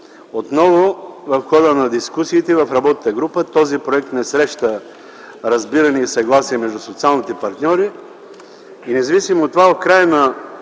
Отново в хода на дискусиите в работната група този проект не среща разбиране и съгласие между социалните партньори. Независимо от това